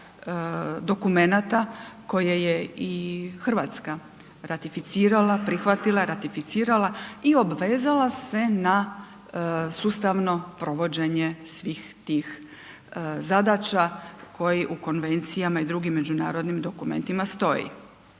dokumenata koje je i Hrvatska ratificirala, prihvatila, ratificirala i obvezala se na sustavno provođenje svih tih zadaća, koji u konvencijama i drugim međunarodnim dokumentima stoji.